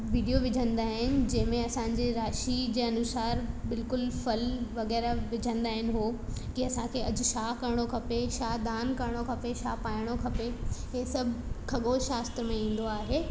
video विझंदा आहिनि जंहिंमें असांजे राशी जे अनुसार बिल्कुलु फल वग़ैरह विझंदा आहिनि उहो की असांखे छा करिणो खपे छा दान करिणो खपे छा पाइणो खपे इहे सभु खगो शास्त्र में ईंदो आहे